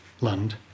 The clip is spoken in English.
land